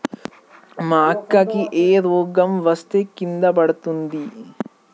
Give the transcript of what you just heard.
మక్కా కి ఏ రోగం వస్తే కింద పడుతుంది?